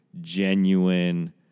genuine